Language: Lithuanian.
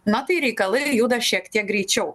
na tai reikalai juda šiek tiek greičiau